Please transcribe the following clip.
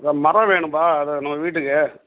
வ மரம் வேணுப்பா அது நம்ம வீட்டுக்கு